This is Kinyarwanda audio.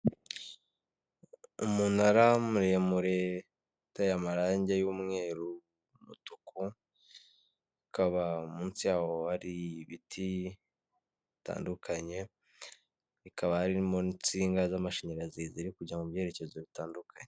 Umunara muremureye uteye amarangi y'umweru n'umutuku, ukaba munsi yawo hari ibiti bitandukanye, bikaba harimo n'insinga z'amashanyarazi ziri kujya mu byerekezo bitandukanye.